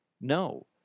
No